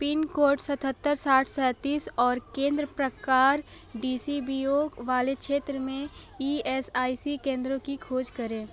pin code सतहत्तर साठ सैंतीस और केंद्र प्रकार डी सी बी ओ वाले क्षेत्र में ई एस आई सी केंद्रों की खोज करें